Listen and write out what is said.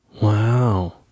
wow